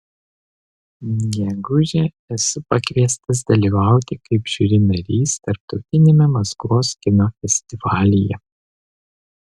gegužę esu pakviestas dalyvauti kaip žiuri narys tarptautiniame maskvos kino festivalyje